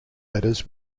letters